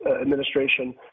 administration